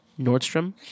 Nordstrom